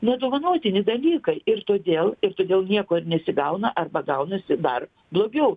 nedovanotini dalykai ir todėl ir todėl nieko ir nesigauna arba gaunasi dar blogiau